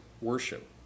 worship